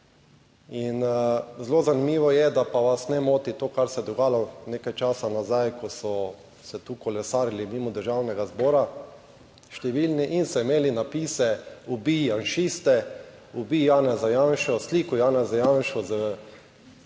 zelo zanimivo je, da pa vas ne moti to, kar se je dogajalo nekaj časa nazaj, ko so tu kolesarili mimo Državnega zbora številni in so imeli napise "Ubij janšiste", "Ubij Janeza Janšo", s sliko Janeza Janše,